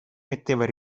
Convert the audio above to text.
metteva